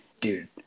dude